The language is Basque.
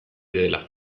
dela